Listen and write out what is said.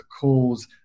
cause